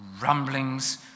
rumblings